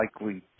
likely